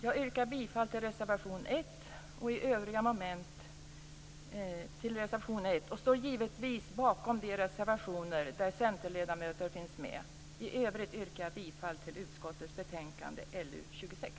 Jag yrkar bifall till reservation 1 och står givetvis bakom de reservationer där centerledamöter finns med. I övrigt yrkar jag bifall till hemställan i utskottets betänkande LU26.